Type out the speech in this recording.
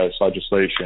legislation